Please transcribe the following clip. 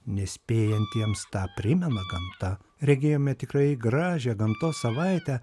nespėjantiems tą primena gamta regėjome tikrai gražią gamtos savaitę